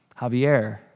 Javier